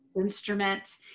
instrument